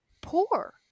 poor